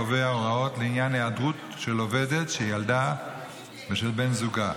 קובע הוראות לעניין היעדרות של עובדת שילדה ושל בן זוגה.